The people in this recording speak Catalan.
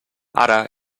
ara